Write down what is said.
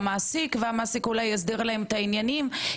כי הם יותר מבינים ויש הנגשה שפתית והכל,